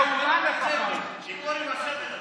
ואתם אלה שלא נותנים לה להשלים את הדברים.